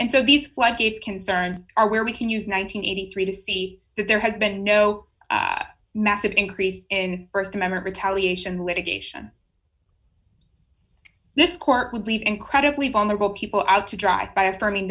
and so these floodgates concerns are where we can use nine hundred and eighty three to see that there has been no massive increase in st amendment retaliation litigation this court would leave incredibly vulnerable people out to dry by affirming